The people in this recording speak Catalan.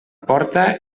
porta